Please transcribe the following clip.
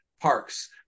parks